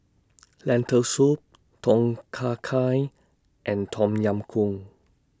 Lentil Soup Tom Kha Gai and Tom Yam Goong